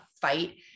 fight